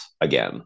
again